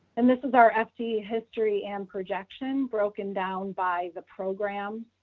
and this is our fc history and projection broken down by the program